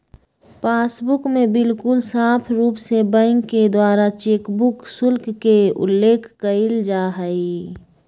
passbook में बिल्कुल साफ़ रूप से बैंक के द्वारा चेकबुक शुल्क के उल्लेख कइल जाहई